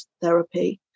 therapy